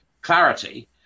clarity